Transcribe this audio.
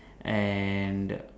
and